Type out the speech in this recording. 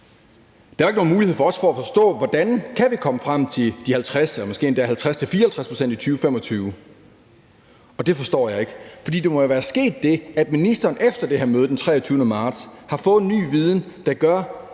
der var ikke nogen mulighed for os for at forstå, hvordan man kan komme frem til de 50 eller måske endda de 50-54 pct. i 2025, og det forstår jeg ikke. Der må være sket det, at ministeren efter det her møde den 23. marts har fået en ny viden, der gør,